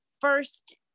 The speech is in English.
first